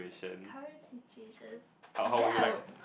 current situation then I would